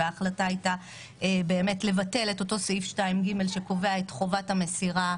וההחלטה הייתה לבטל את אותו סעיף 2(ג) שקובע את חובת המסירה